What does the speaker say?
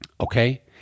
okay